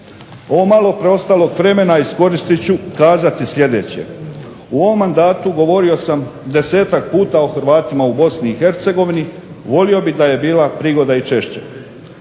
Ovo malo preostalog vremena iskoristit ću kazati sljedeće: u ovom mandatu govorio sam 10-ak puta o Hrvatima u BiH, volio bih da je bila prigoda i češće.